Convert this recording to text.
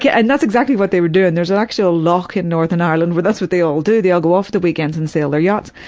yeah and that's exactly what they were doing. there's actual lough in northern ireland where that's what they all do. they go off the weekends and sail their yachts.